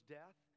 death